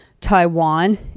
Taiwan